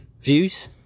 views